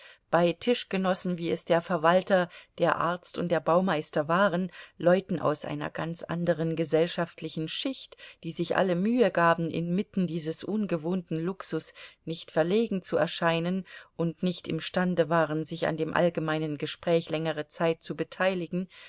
bei tischgenossen wie es der verwalter der arzt und der baumeister waren leuten aus einer ganz anderen gesellschaftlichen schicht die sich alle mühe gaben inmitten dieses ungewohnten luxus nicht verlegen zu scheinen und nicht imstande waren sich an dem allgemeinen gespräch längere zeit zu beteiligen